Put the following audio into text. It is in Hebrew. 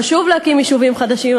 חשוב להקים יישובים חדשים.